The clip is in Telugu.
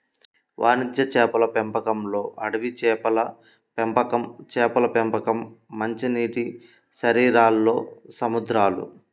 వాణిజ్య చేపల పెంపకంలోఅడవి చేపల పెంపకంచేపల పెంపకం, మంచినీటిశరీరాల్లో సముద్రాలు